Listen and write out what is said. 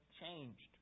changed